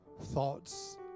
Thoughts